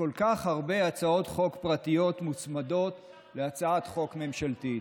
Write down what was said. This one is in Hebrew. שכל כך הרבה הצעות חוק פרטיות מוצמדות להצעת חוק ממשלתית,